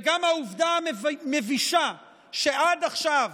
וגם העובדה המבישה שעד עכשיו